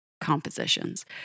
compositions